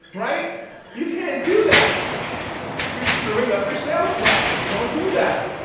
right you can't do that you're screwing up your sales process don't do that